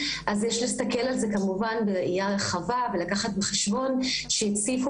אז יש להסתכל על זה כמובן בראייה רחבה ולקחת בחשבון שהציפו